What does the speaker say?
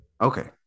Okay